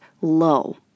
low